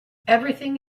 everything